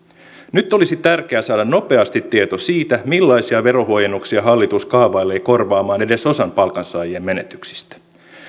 nyt olisi tärkeää saada nopeasti tieto siitä millaisia verohuojennuksia hallitus kaavailee korvaamaan edes osan palkansaajien menetyksistä